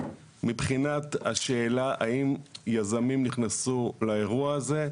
מבחינת השאלה האם יזמים נכנסו לאירוע הזה,